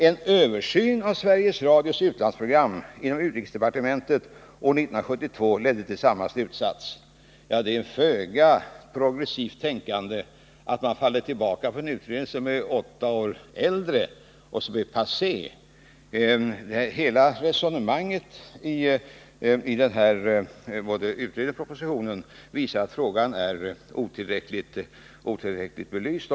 En översyn av Sveriges radios utlandsprogram inom utrikesdepartementet år 1972 ledde till samma slutsats.” Det är ett föga progressivt tänkande att falla tillbaka på en utredning som är åtta år äldre och passé. Hela resonemanget i utredningen och propositionen visar att frågan är otillräckligt belyst.